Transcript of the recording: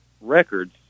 records